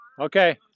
Okay